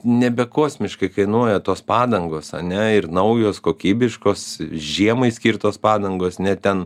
nebe kosmiškai kainuoja tos padangos ane ir naujos kokybiškos žiemai skirtos padangos ne ten